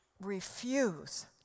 refuse